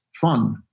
fun